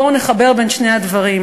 בואו נחבר בין שני הדברים.